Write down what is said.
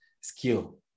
skill